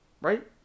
Right